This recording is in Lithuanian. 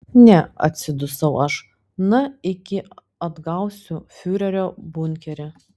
ne atsidusau aš na iki atgausiu fiurerio bunkerį